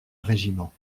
régiment